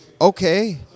okay